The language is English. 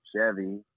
Chevy